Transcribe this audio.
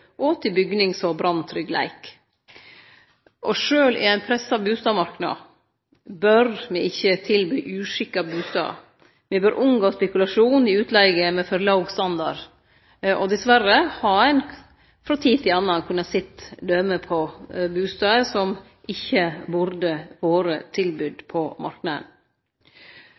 bygnings- og branntryggleik. Sjølv i ein pressa bustadmarknad bør me ikkje tilby uskikka bustader. Me bør unngå spekulasjon i utleige med for låg standard. Dessverre har ein frå tid til anna sett døme på bustader som ikkje burde vore tilbydde på marknaden.